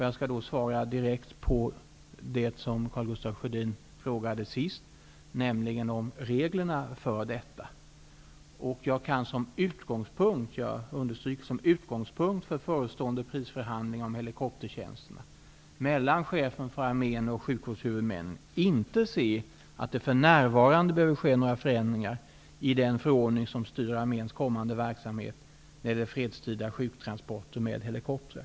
Jag skall svara direkt på Karl Gustaf Sjödins sista fråga som gällde reglerna för detta. Min utgångspunkt -- jag understryker att det är en utgångspunkt -- för förestående prisförhandlingar om helikoptertjänsterna mellan chefen för armén och sjukvårdshuvudmännen är att det för närvarande inte behöver ske några förändringar i den förordning som styr arméns kommande verksamhet när det gäller fredstida sjuktransporter med helikopter.